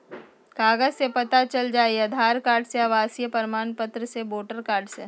कागज से पता चल जाहई, आधार कार्ड से, आवासीय प्रमाण पत्र से, वोटर कार्ड से?